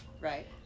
Right